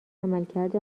عملکرد